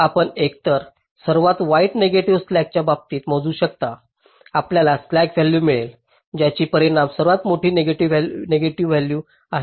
आपण एकतर सर्वात वाईट नेगेटिव्ह स्लॅक्सच्या बाबतीत मोजू शकता आपल्याला स्लॅक व्हॅल्यू मिळेल ज्याची परिमाणात सर्वात मोठी नेगेटिव्ह मूल्य आहे